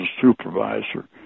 supervisor